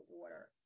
order